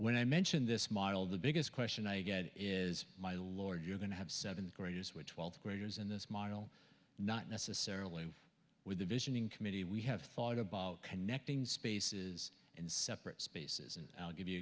when i mentioned this model the biggest question i get is my lord you're going to have seventh graders were twelfth graders in this model not necessarily with the vision in committee we have thought about connecting spaces in separate spaces and i'll give you